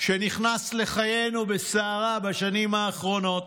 שנכנס לחיינו בסערה בשנים האחרונות,